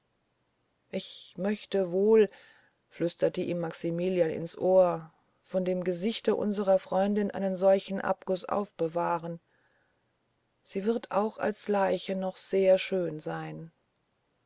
ich möchte wohl flüsterte ihm maximilian ins ohr von dem gesichte unserer freundin einen solchen abguß aufbewahren sie wird auch als leiche noch sehr schön sein